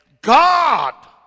God